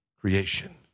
creation